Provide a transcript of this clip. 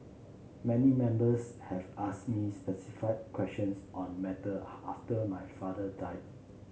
many members have asked me specific questions on matter after my father died